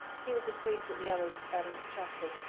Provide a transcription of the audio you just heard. he was a priest that the others um trusted.